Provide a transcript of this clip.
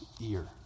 ear